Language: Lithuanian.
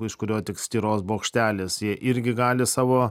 iš kurio tik styros bokštelis jie irgi gali savo